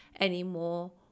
anymore